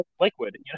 liquid